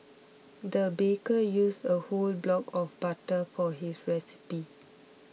the baker used a whole block of butter for his recipe